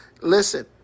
Listen